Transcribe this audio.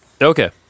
Okay